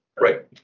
Right